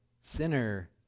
sinner